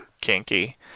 Kinky